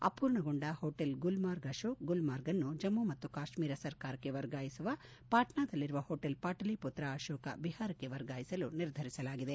ಅಪೂರ್ಣಗೊಂಡ hotel Gulmarg Ashok ಗುಲ್ಮಾರ್ಗ್ಅನ್ನು ಜಮ್ನು ಮತ್ತು ಕಾಶ್ನೀರ ಸರ್ಕಾರಕ್ಷೆ ವರ್ಗಾಯಿಸುವ ಪಾಟ್ನಾದಲ್ಲಿರುವ ಹೋಟೆಲ್ ಪಾಟಲಿಮತ್ತ ಅಶೋಕ ಬಿಹಾರಕ್ಕೆ ವರ್ಗಾಯಿಸಲು ನಿರ್ಧರಿಸಲಾಗಿದೆ